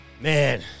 man